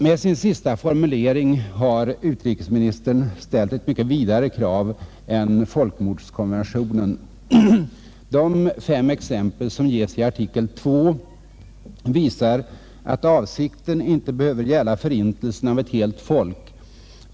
Med sin sista formulering har utrikesministern ställt ett mycket vidare krav än folkmordskonventionen. De fem exempel som ges i artikel 2 visar att avsikten inte behöver gälla förintelse av ett helt folk.